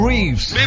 Reeves